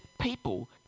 people